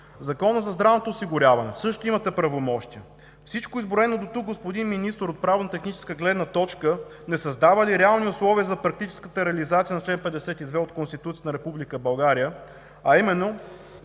Закона за здравното осигуряване също имате правомощия. Всичко изброено до тук, господин Министър, от правно-техническа гледна точка не създава ли реални условия за практическата реализация на чл. 52 от Конституцията на